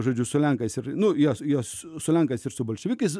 žodžiu su lenkais ir nuo jos juos su lenkais ir su bolševikais